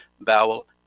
bowel